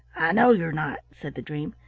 know you're not, said the dream,